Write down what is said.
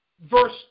verse